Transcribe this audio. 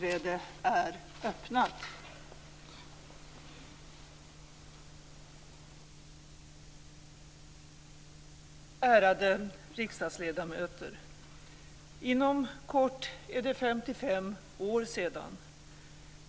Ärade riksdagsledamöter! Inom kort är det 55 år sedan.